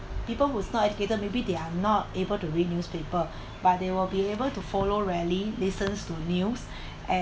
people who's not educated maybe they are not able to read newspaper but they will be able to follow rally listens to news